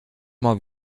mal